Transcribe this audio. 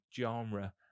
genre